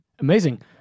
Amazing